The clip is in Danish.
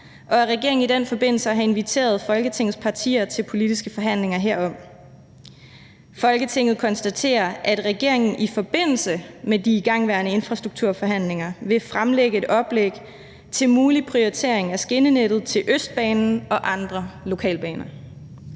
og at regeringen i den forbindelse har inviteret Folketingets partier til politiske forhandlinger herom. Folketinget konstaterer, at regeringen i forbindelse med de igangværende infrastrukturforhandlinger vil fremlægge et oplæg til mulig prioritering af skinnenettet til Østbanen og andre lokalbaner.«